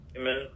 Amen